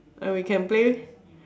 and we can play